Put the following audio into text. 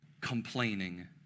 complaining